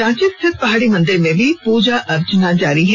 रांची स्थित पहाड़ी मंदिर में भी पूजा अर्चना जारी है